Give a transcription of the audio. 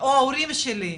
או ההורים שלי,